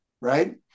right